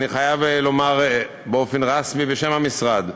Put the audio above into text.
אני חייב לומר באופן רשמי בשם המשרד: